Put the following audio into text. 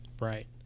Right